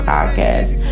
Podcast